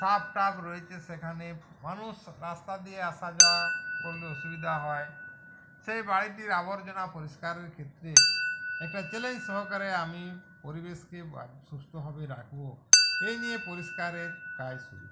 সাপ টাপ রয়েছে সেখানে মানুষ রাস্তা দিয়ে আসা যাওয়া করলে অসুবিধা হয় সেই বাড়িটির আবর্জনা পরিষ্কারের ক্ষেত্রে একটা চ্যালেঞ্জ সহকারে আমি পরিবেশকে আরো সুস্থভাবে রাখবো এই নিয়ে পরিষ্কারের কাজ শুরু